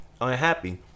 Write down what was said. unhappy